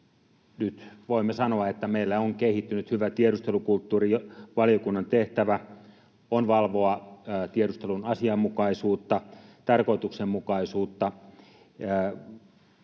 Nyt voimme sanoa, että meille on kehittynyt hyvä tiedustelukulttuuri. Valiokunnan tehtävä on valvoa tiedustelun asianmukaisuutta, tarkoituksenmukaisuutta